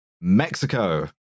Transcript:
Mexico